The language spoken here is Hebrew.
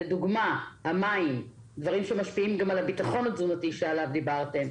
לדוגמה: המים (דברים שמשפיעים על הביטחון התזונתי שדובר בו).